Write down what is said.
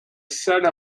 salle